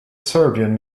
serbian